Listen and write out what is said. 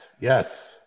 yes